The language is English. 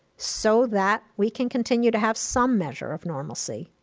so that we can continue to have some measure of normalcy,